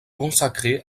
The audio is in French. consacré